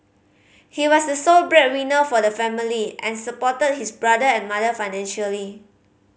he was the sole breadwinner for the family and supported his brother and mother financially